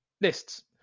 Lists